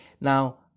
now